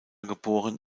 geboren